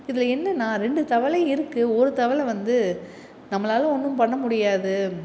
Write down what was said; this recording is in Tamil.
இதில் என்ன ரெண்டு தவளை இருக்கு ஒரு தவளை வந்து நம்மளால் ஒன்றும் பண்ண முடியாது